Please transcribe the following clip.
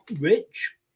rich